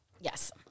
Yes